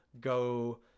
go